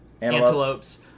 antelopes